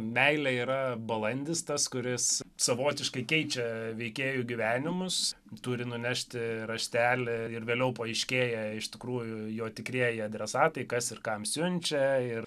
meilė yra balandis tas kuris savotiškai keičia veikėjų gyvenimus turi nunešti raštelį ir vėliau paaiškėja iš tikrųjų jo tikrieji adresatai kas ir kam siunčia ir